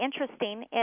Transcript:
interesting